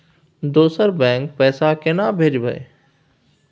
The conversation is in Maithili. दोसर बैंक पैसा केना भेजबै?